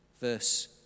Verse